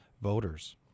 voters